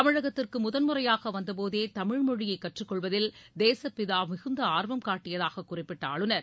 தமிழகத்திற்கு முதன்முறையாக வந்தபோதே தமிழ்மொழியை கற்றுக்கொள்வதில் தேசப்பிதா மிகுந்த ஆர்வம் காட்டியதாக குறிப்பிட்ட ஆளுநர்